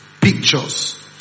pictures